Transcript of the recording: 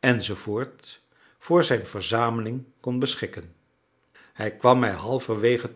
enz voor zijn verzameling kon beschikken hij kwam mij halverwege